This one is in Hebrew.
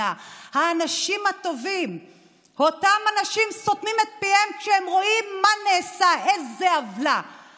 ואת אותם שערים שאמורים להרחיק